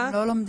הם לא לומדים.